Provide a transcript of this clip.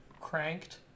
Cranked